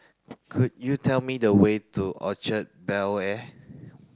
could you tell me the way to Orchard Bel Air